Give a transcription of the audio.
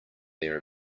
their